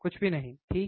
कुछ भी नहीं ठीक